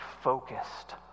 focused